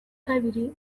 kabiri